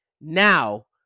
now